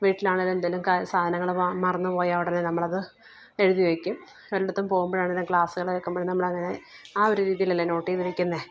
വീട്ടിലാണേലും എന്തേലുക്കെ സാധനങ്ങൾ മറന്നുപോയാല് ഉടനെ നമ്മളത് എഴുതിവയ്ക്കും ഒരിടത്തും പോകുമ്പോഴാണെങ്കിലും ക്ലാസ്സുകള് കേള്ക്കുമ്പോള് നമ്മളങ്ങനെ ആ ഒരു രീതിയിലല്ലെ നോട്ട് ചെയ്ത് വയ്ക്കുന്നത്